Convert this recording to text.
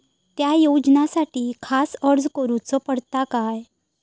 त्या योजनासाठी खास अर्ज करूचो पडता काय?